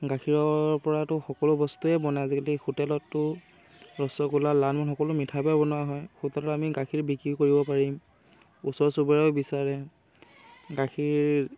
গাখীৰৰ পৰাতো সকলো বস্তুৱে বনায় আজিকালি হোটেলততো ৰসগোলা লালমোহন সকলো মিঠাই বনোৱা হয় হোটেলত আমি গাখীৰ বিক্ৰী কৰিব পাৰিম ওচৰ চুবুৰীয়াইও বিচাৰে গাখীৰ